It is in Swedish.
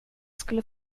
skulle